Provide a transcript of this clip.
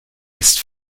ist